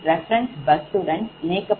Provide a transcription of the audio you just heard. இது ஒரு reference bus உடன் இணைக்கப்பட்டுள்ளது